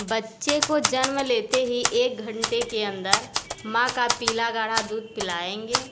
बच्चे को जन्म लेते ही एक घंटे के अंदर माँ का पीला गाढ़ा दूध पिलाएंगे